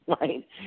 right